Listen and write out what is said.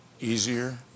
easier